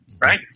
right